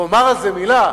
ואומר על זה מלה,